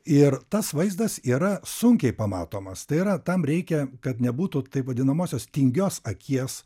ir tas vaizdas yra sunkiai pamatomas tai yra tam reikia kad nebūtų taip vadinamosios tingios akies